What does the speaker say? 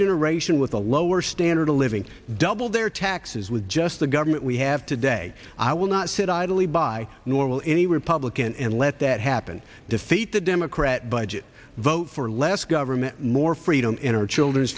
generation with a lower standard of living double their taxes with just the government we have today i will not sit idly by nor will any republican and let that happen defeat the democrat budget vote for less government more freedom in our children's